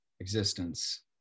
Existence